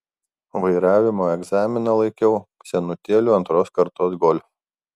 vairavimo egzaminą laikiau senutėliu antros kartos golf